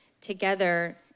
together